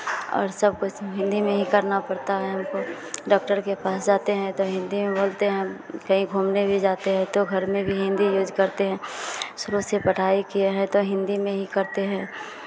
और सब कुछ हिन्दी में ही करना पड़ता है हमको डॉक्टर के पास जाते हैं तो हिन्दी में बोलते हैं कहीं घूमने भी जाते हैं तो घर में भी हिन्दी यूज़ करते हैं शुरू से पढ़ाई किया है तो हिन्दी में ही करते हैं